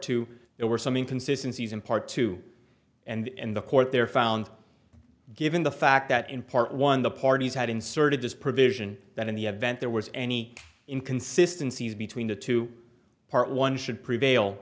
two there were some inconsistency in part two and the court there found given the fact that in part one the parties had inserted this provision that in the event there was any inconsistency between the two part one should prevail